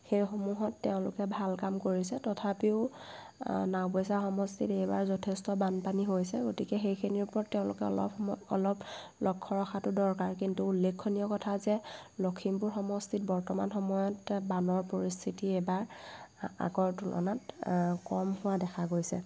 সেইসমূহত তেওঁলোকে ভাল কাম কৰিছে তথাপিও নাওবৈচা সমষ্টিত এইবাৰ যথেষ্ট বানপানী হৈছে গতিকে সেইখিনিৰ ওপৰত তেওঁলোকে অলপ সময় অলপ লক্ষ্য ৰখাতো দৰকাৰ কিন্তু উল্লেখনীয় কথা যে লখিমপুৰ সমষ্টিত বৰ্তমান সময়ত তাত বানৰ পৰিস্থিতি এইবাৰ আগৰ তুলনাত কম হোৱা দেখা গৈছে